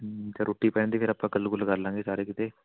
ਜਦ ਰੋਟੀ ਪੈਂਦੀ ਫਿਰ ਆਪਾਂ ਗੱਲ ਗੁੱਲ ਕਰ ਲਾਂਗੇ ਸਾਰੇ ਕਿਤੇ